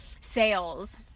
sales